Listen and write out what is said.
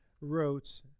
wrote